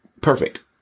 perfect